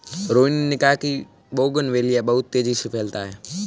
रोहिनी ने कहा कि बोगनवेलिया बहुत तेजी से फैलता है